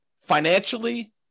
financially